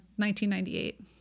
1998